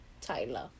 Tyler